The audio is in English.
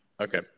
Okay